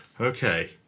Okay